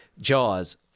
Jaws